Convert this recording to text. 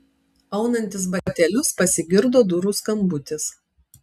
aunantis batelius pasigirdo durų skambutis